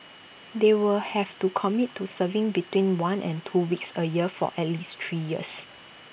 they will have to commit to serving between one and two weeks A year for at least three years